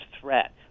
threat